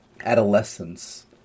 adolescence